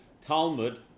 Talmud